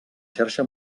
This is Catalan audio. xarxa